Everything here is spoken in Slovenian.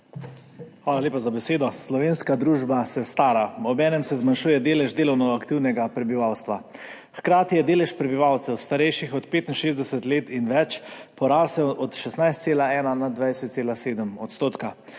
Hvala lepa za besedo. Slovenska družba se stara, obenem se zmanjšuje delež delovno aktivnega prebivalstva, hkrati je delež prebivalcev, starejših od 65 let in več, porasel s 16,1 na 20,7 %. Starost